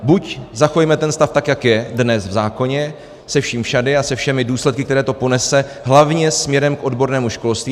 Buď zachovejme ten stav tak, jak je dnes v zákoně, se vším všudy a se všemi důsledky, které to ponese hlavně směrem k odbornému školství.